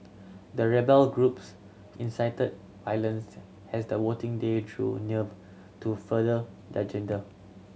the rebel groups incited has the voting day drew near to further their agenda